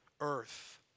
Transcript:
earth